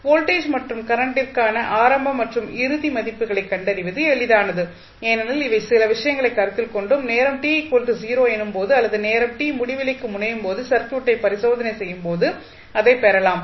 voltage மற்றும் கரண்ட்டிற்கான ஆரம்ப மற்றும் இறுதி மதிப்புகளைக் கண்டறிவது எளிதானது ஏனெனில் இவை சில விஷயங்களைக் கருத்தில் கொண்டும் நேரம் t 0 எனும் போது அல்லது நேரம் t முடிவிலிக்கு முனையும் போது சர்க்யூட்டை பரிசோதனை செய்யும் போது அதை பெறலாம்